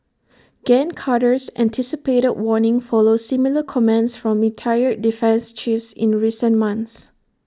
gen Carter's anticipated warning follows similar comments from retired defence chiefs in recent months